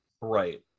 Right